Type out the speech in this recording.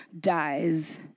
dies